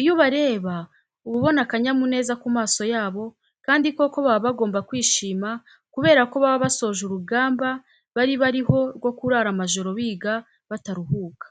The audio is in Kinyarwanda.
Iyo ubareba uba ubona akanyamuneza ku maso yabo kandi koko baba bagomba kwishima kubera ko baba basoje urugamba bari bariho rwo kurara amajoro biga bataruhuka.